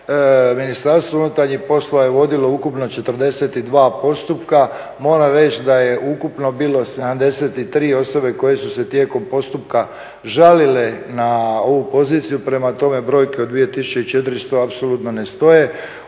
Ministarstvo unutarnjih poslova je vodilo ukupno 42 postupka. Moram reći da je ukupno bilo 73 osobe koje su se tijekom postupka žalile na ovu poziciju prema tome brojka od 2400 apsolutno ne stoje.